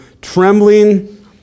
trembling